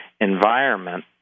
environment